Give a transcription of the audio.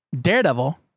Daredevil